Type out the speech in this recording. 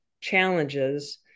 challenges